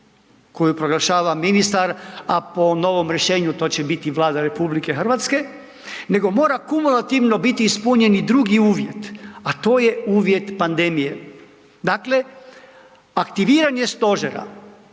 koju proglašava ministar, a po novom rješenju to će biti Vlada RH nego mora kumulativno biti ispunjen i drugi uvjet, a to je uvjet pandemije. Dakle, aktiviranje stožera